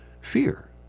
Fear